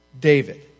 David